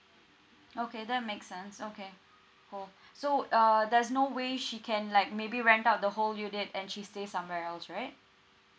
okay that makes sense okay cool so uh there's no way she can like maybe rent out the whole unit and she stay somewhere else right